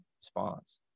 response